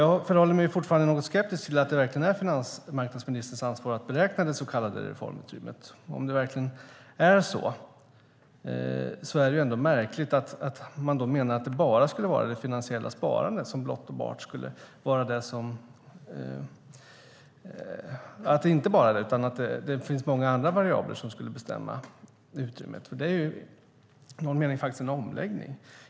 Jag förhåller mig fortfarande något skeptisk till att det verkligen är finansmarknadsministerns ansvar att beräkna det så kallade reformutrymmet. Om det verkligen är så är det märkligt att man då menar att det inte bara skulle vara det finansiella sparandet utan även andra variabler som bestämmer utrymmet. Det är i någon mening en omläggning.